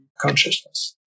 consciousness